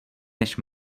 než